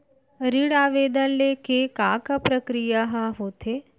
ऋण आवेदन ले के का का प्रक्रिया ह होथे?